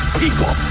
people